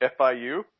FIU